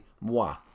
moi